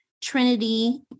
Trinity